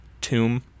tomb